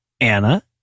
anna